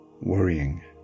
worrying